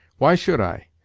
why should i?